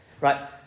right